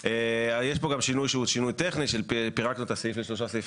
יש פה גם שינוי טכני: פירקנו את הסעיף לשלושה סעיפי